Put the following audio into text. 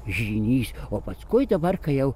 žynys o paskui dabar kai jau